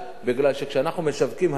כי כשאנחנו משווקים היום,